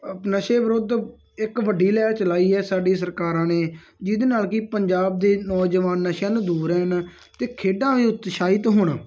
ਨਸ਼ੇ ਵਿਰੁੱਧ ਇੱਕ ਵੱਡੀ ਲਹਿਰ ਚਲਾਈ ਹੈ ਸਾਡੀ ਸਰਕਾਰਾਂ ਨੇ ਜਿਹਦੇ ਨਾਲ ਕਿ ਪੰਜਾਬ ਦੇ ਨੌਜਵਾਨ ਨਸ਼ਿਆਂ ਨੂੰ ਦੂਰ ਰਹਿਣ ਅਤੇ ਖੇਡਾਂ ਨੂੰ ਉਤਸ਼ਾਹਿਤ ਹੋਣਾ